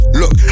look